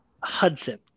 Hudson